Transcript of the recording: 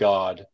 God